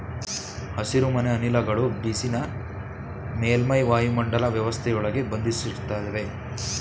ಹಸಿರುಮನೆ ಅನಿಲಗಳು ಬಿಸಿನ ಮೇಲ್ಮೈ ವಾಯುಮಂಡಲ ವ್ಯವಸ್ಥೆಯೊಳಗೆ ಬಂಧಿಸಿಡ್ತವೆ